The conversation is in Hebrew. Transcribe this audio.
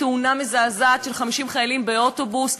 תאונה מזעזעת של 50 חיילים באוטובוס,